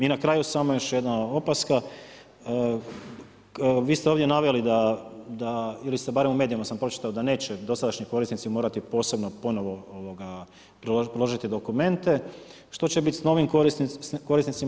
I na kraju samo još jedna opaska, vi ste ovdje naveli da, ili ste barem u medijima sam pročitao da neće dosadašnji korisnici morati posebno ponovo priložiti dokumente, što će biti s novim korisnicima?